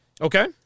Okay